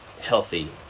healthy